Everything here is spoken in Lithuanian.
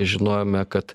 žinojome kad